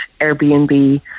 airbnb